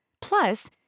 Plus